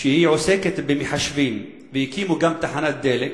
שעוסקת במחשבים והקימו גם תחנת דלק.